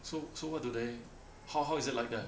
so so what do they how how is it like there